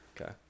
Okay